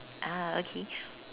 ah okay